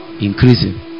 increasing